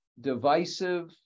divisive